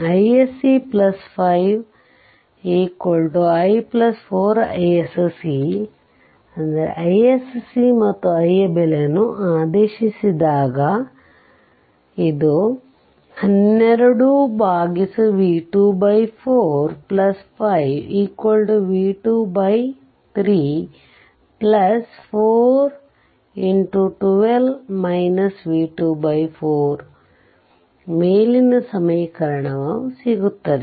iSC 5 i 4 iSC iSC ಮತ್ತು i ಬೆಲೆಯನ್ನು ಆದೇಶಿಸಿದಾಗ 4 5V2 344 ಮೇಲಿನ ಸಮೀಕರಣ ಸಿಗುತ್ತದೆ